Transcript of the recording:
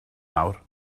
nawr